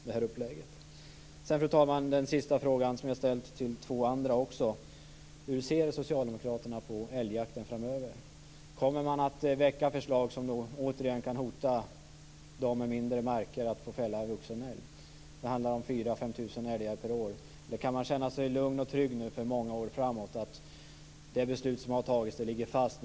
Den sista frågan, fru talman, som jag har ställt till två andra också: Hur ser socialdemokraterna på älgjakten framöver? Kommer man att väcka förslag som återigen kan hota dem med mindre marker när det gäller möjligheten att få fälla vuxen älg? Det handlar om 4 000-5 000 älgar per år. Eller kan man känna sig lugn och trygg för många år framåt genom att det beslut som har fattats ligger fast?